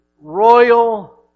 royal